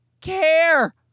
care